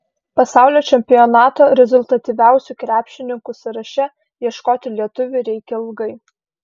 pasaulio čempionato rezultatyviausių krepšininkų sąraše ieškoti lietuvių reikia ilgai